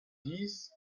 dise